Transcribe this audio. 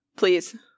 Please